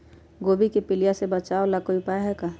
गोभी के पीलिया से बचाव ला कोई उपाय है का?